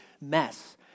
mess